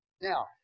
Now